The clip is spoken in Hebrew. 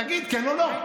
תגיד, כן או לא?